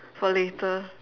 for later